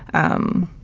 um,